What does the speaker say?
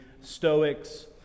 stoics